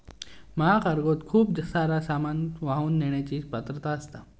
महाकार्गोत खूप सारा सामान वाहून नेण्याची पात्रता असता